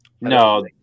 No